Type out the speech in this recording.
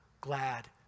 glad